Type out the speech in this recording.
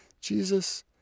Jesus